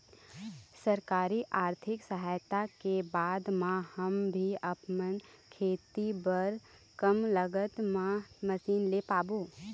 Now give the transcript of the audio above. सरकारी आरथिक सहायता के बाद मा हम भी आपमन खेती बार कम लागत मा मशीन ले पाबो?